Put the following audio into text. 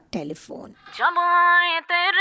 Telephone